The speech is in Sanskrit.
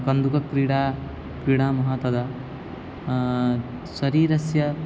कन्दुकक्रीडां क्रीडामः तदा शरीरस्य